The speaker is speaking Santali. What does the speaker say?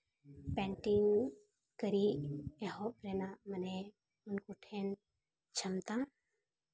ᱯᱮᱱᱴᱤᱝ ᱠᱟᱹᱨᱤ ᱮᱦᱚᱵ ᱨᱮᱱᱟᱜ ᱢᱟᱱᱮ ᱩᱱᱠᱩ ᱴᱷᱮᱱ ᱪᱷᱚᱢᱛᱟ